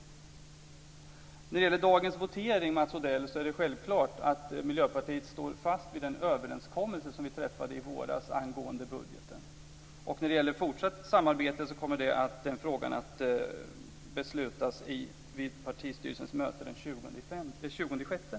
I dagens votering är det självklart att Miljöpartiet står fast vid den överenskommelse som vi träffade i våras angående budgeten. Frågan om fortsatt samarbete kommer att beslutas vid partistyrelsens möte den